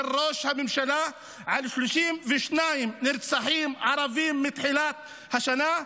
ראש הממשלה ל-32 נרצחים ערבים מתחילת השנה,